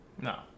No